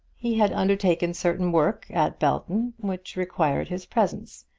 he had undertaken certain work at belton which required his presence,